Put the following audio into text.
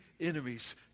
enemies